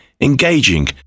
engaging